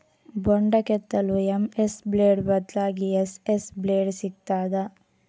ಬೊಂಡ ಕೆತ್ತಲು MS blade ಬದ್ಲಾಗಿ ಎಸ್.ಎಸ್ ಬ್ಲೇಡ್ ಸಿಕ್ತಾದ?